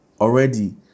already